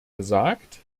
gesagt